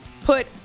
put